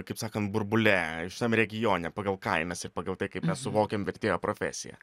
kaip sakant burbule šitam regione pagal kainas ir pagal tai kaip mes suvokiam vertėjo profesiją